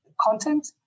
content